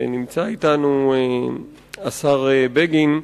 נמצא אתנו השר בגין,